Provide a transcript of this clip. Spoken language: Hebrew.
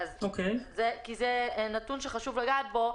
זה נתון שחשוב לגעת בו.